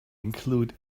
include